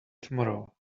tomorrow